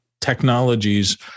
technologies